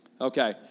Okay